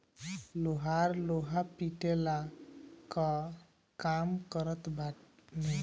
लोहार लोहा पिटला कअ काम करत बाने